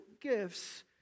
gifts